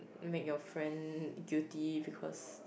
make your friend guilty because